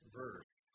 verse